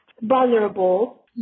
vulnerable